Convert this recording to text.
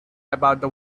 about